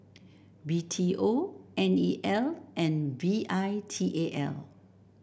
B T O N E L and V I T A L